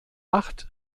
acht